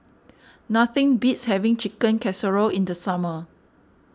nothing beats having Chicken Casserole in the summer